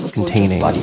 containing